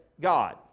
God